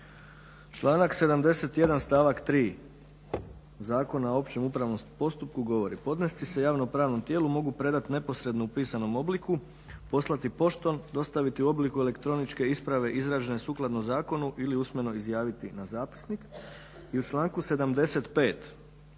Članak 71. stavak 3. Zakona o općem upravnom postupku govori: "Podnesci se javno-pravnom tijelu mogu predati neposredno u pisanom obliku, poslati poštom, dostaviti u obliku elektroničke isprave izražene sukladno zakonu ili usmeno izjaviti na zapisnik." I u članku 75.